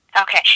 okay